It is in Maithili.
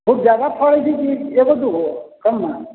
खूब जादा फड़ै छै कि एगो दूगो कम्मे